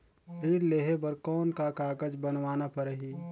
ऋण लेहे बर कौन का कागज बनवाना परही?